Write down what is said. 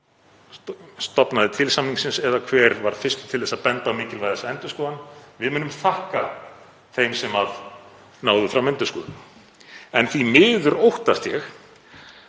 stofnaði til samningsins eða hver var fyrstur til að benda á mikilvægi þess að endurskoða hann. Við munum þakka þeim sem náðu fram endurskoðun. En því miður óttast ég